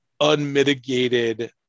unmitigated